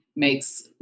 makes